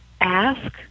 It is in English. ask